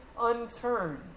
unturned